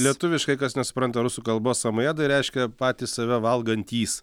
lietuviškai kas nesupranta rusų kalba samojedai reiškia patys save valgantys